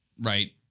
right